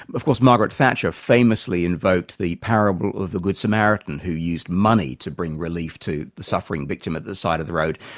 of course margaret thatcher famously invoked the parable of the good samaritan who used money to bring relief to the suffering victim at the side of the road,